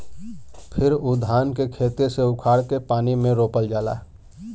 फिर उ धान के खेते से उखाड़ के पानी में रोपल जाला